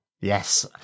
yes